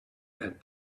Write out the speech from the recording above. had